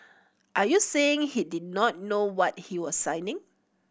are you saying he did not know what he was signing